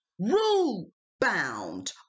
rule-bound